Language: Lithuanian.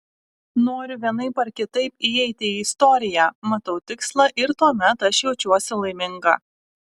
noriu vienaip ar kitaip įeiti į istoriją matau tikslą ir tuomet aš jaučiuosi laiminga